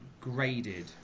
Graded